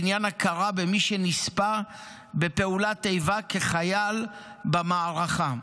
לעניין הכרה במי שנספה בפעולת איבה כחייל במערכה.